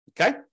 Okay